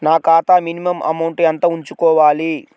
నా ఖాతా minimum amount ఎంత ఉంచుకోవాలి?